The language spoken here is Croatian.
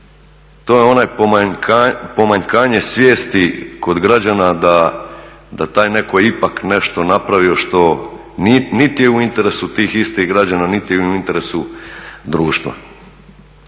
to je pomanjkanje svijesti kod građana da je taj netko ipak nešto napravio što niti je u interesu tih istih građana niti je u interesu društva.